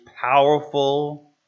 powerful